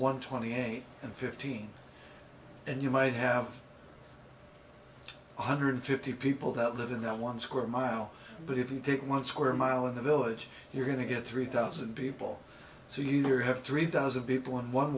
one twenty eight and fifteen and you might have one hundred fifty people that live in that one square mile but if you take one square mile in the village you're going to get three thousand people so you either have to read thousand people in one